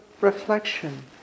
reflection